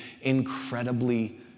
incredibly